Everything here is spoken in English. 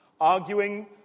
arguing